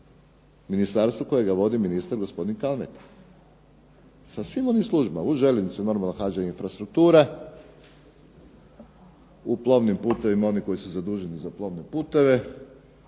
ministarstvo kojega vodi ministar gospodin Kalmeta, sa svim onim službama u …/Ne razumije se./… normalno HŽ infrastruktura, u plovnim putevima oni koji su zaduženi za plovne puteve,